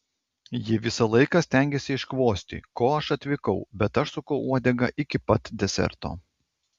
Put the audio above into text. ji visą laiką stengėsi iškvosti ko aš atvykau bet aš sukau uodegą iki pat deserto